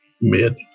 mid